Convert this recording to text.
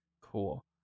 Cool